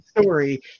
story